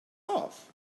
off